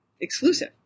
exclusive